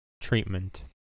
treatment